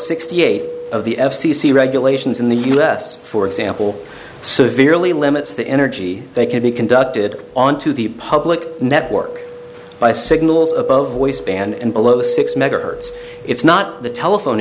sixty eight of the f c c regulations in the us for example severely limits the energy they can be conducted onto the public network by signals above waistband and below six megahertz it's not the telephone